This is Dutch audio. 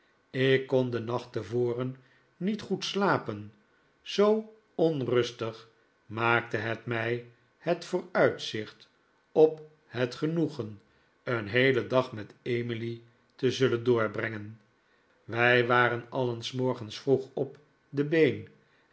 ik kon den nacht tevoren niet goed slapen zoo onrustig maakte mij h'et vooruitzicht op het genoegen een heelen dag met emily te zullen doorbrengen wij waren alien s morgens vroeg op de been